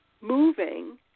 moving